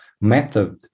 method